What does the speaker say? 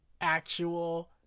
actual